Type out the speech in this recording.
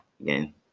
Again